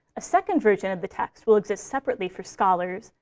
a second version of the text will exist separately for scholars,